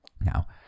Now